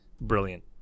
brilliant